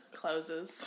closes